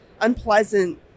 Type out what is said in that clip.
unpleasant